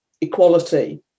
equality